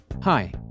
Hi